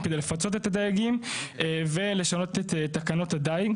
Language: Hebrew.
כדי לפצות את הדייגים ולשנות את תקנות הדייג,